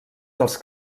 dels